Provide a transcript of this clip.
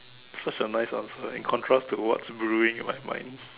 such a nice answer in contrast with what's brewing in my mind